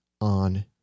on